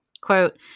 Quote